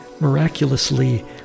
miraculously